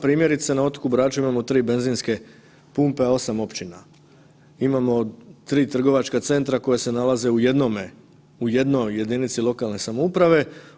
Primjerice na otoku Braču imamo 3 benzinske pumpe, a 8 općina, imamo 3 trgovačka centra koja se nalaze u jednome, u jednoj jedinici lokalne samouprave.